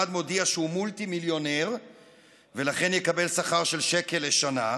אחד מודיע שהוא מולטי-מיליונר ולכן יקבל שכר של שקל לשנה,